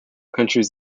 countries